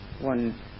one